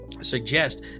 suggest